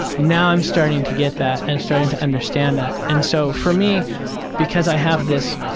now i'm starting to get that and starting to understand that. and so for me because i have this